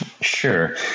Sure